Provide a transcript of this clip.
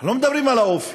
אנחנו לא מדברים על האופי.